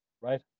right